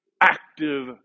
active